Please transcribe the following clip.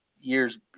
years